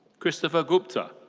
christopher gupta.